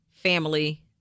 family